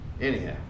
Anyhow